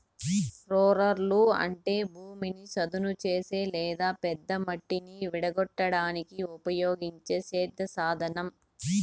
రోలర్లు అంటే భూమిని చదును చేసే లేదా పెద్ద మట్టిని విడగొట్టడానికి ఉపయోగించే సేద్య సాధనం